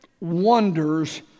wonders